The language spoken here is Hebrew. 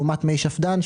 לעומת מי שפד"ן,